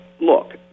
look